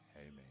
Amen